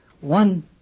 one